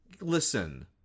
listen